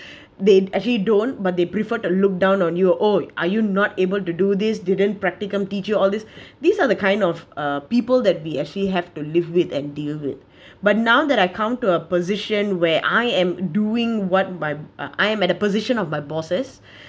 they'd ah actually don't but they prefer to look down on you or are you not able to do this didn't practical teach you all these these are the kind of uh people that we actually have to live with and deal with it but now that I come to a position where I am doing what my I am at the position of my bosses